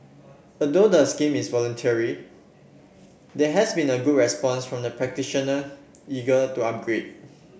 although the scheme is voluntary there has been a good response from practitioner eager to upgrade